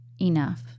enough